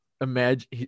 Imagine